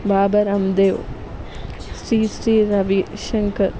Baba Ramdev Sri Sri Ravishankar